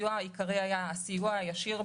הסיוע העיקרי היה סיוע ישיר,